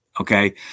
okay